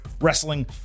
Wrestling